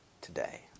today